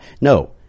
No